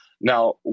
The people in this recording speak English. Now